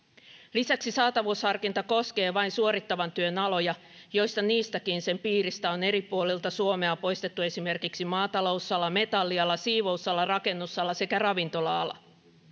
lisäksi saatavuusharkinta koskee vain suorittavan työn aloja joissa niistäkin sen piiristä on eri puolilta suomea poistettu esimerkiksi maatalousala metalliala siivousala rakennusala sekä ravintola ala